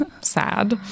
sad